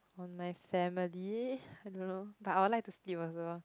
my family I don't know but I will like to sleep also